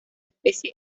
especie